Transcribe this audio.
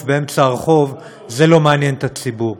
באמצע הרחוב זה לא מעניין את הציבור.